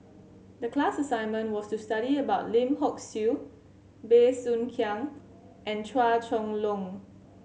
the class assignment was to study about Lim Hock Siew Bey Soo Khiang and Chua Chong Long